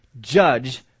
judge